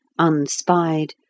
unspied